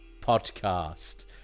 podcast